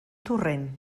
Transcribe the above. torrent